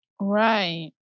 Right